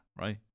right